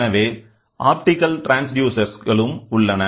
எனவே optical transducer களும் உள்ளன